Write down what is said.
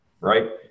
right